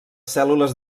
cèl·lules